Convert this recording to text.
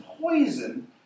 poison